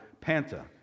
panta